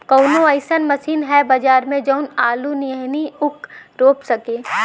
कवनो अइसन मशीन ह बजार में जवन आलू नियनही ऊख रोप सके?